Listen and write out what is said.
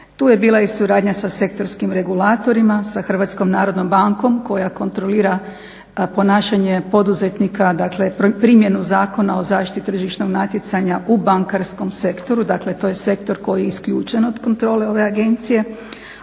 Tu je bila i suradnja sa sektorskim regulatorima, sa HNB-om koja kontrolira ponašanje poduzetnika, dakle primjenu Zakona o zaštiti tržišnog natjecanja u bankarskom sektoru, dakle to je sektor koji je isključen od kontrole ove agencije,